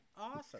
awesome